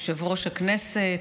יושב-ראש הישיבה,